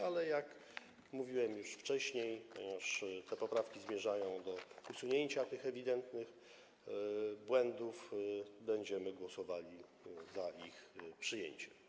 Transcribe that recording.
Ale, jak mówiłem już wcześniej, ponieważ te poprawki zmierzają do usunięcia ewidentnych błędów, będziemy głosowali za ich przyjęciem.